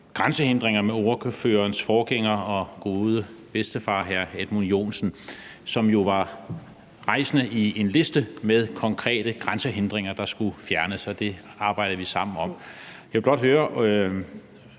grænsehindringer med ordførerens forgænger og gode bedstefar, hr. Edmund Joensen, som jo var rejsende i en liste med konkrete grænsehindringer, der skulle fjernes, og det arbejdede vi sammen om. Jeg vil blot høre